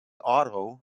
auto